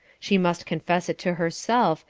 she must confess it to herself,